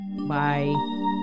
Bye